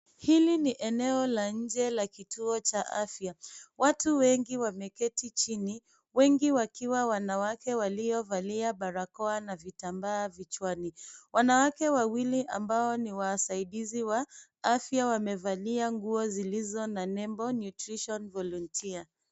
Hili ni eneo la nje la kituo cha afya. Watu wengi wameketi chini, wengi wakiwa wanawake waliovalia barakoa na vitambaa vichwani. Wanawake wawili ambao ni wasaidizi wa afya wamevalia nguo zilizo na nembo nutrition volunteer .